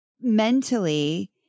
mentally